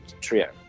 trio